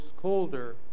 colder